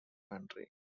country